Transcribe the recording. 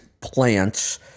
plants